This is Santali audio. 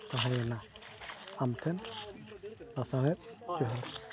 ᱛᱟᱦᱮᱸᱭᱮ ᱱᱟ ᱟᱢ ᱴᱷᱮᱱ ᱞᱟᱥᱟᱬᱦᱮᱫ ᱡᱚᱦᱟᱨ